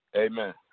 Amen